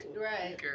right